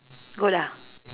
good ah